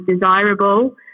desirable